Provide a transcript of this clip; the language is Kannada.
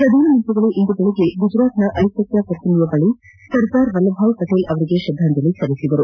ಪ್ರಧಾನಿ ನರೇಂದ್ರ ಮೋದಿಯವರು ಇಂದು ಬೆಳಗ್ಗೆ ಗುಜರಾತ್ನ ಐಕ್ಯತಾ ಪ್ರತಿಮೆಯ ಬಳಿ ಸರ್ದಾರ್ ವಲ್ಲಭಭಾಯಿ ಪಟೇಲ್ ಅವರಿಗೆ ಶ್ರದ್ದಾಂಜಲಿ ಸಲ್ಲಿಸಿದರು